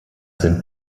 sind